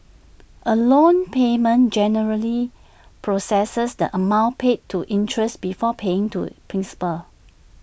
A loan payment generally processes the amount paid to interest before paying to principal